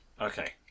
Okay